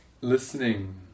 listening